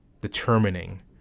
determining